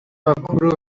bakuru